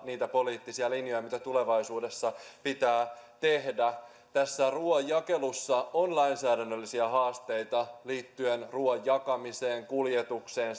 niitä poliittisia linjoja joita tulevaisuudessa pitää tehdä tässä ruuan jakelussa on lainsäädännöllisiä haasteita liittyen ruuan jakamiseen kuljetukseen